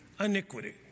iniquity